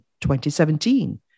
2017